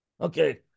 Okay